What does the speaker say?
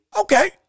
Okay